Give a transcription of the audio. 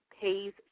pays